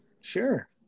sure